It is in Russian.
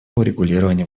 урегулирования